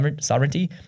sovereignty